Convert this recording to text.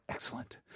Excellent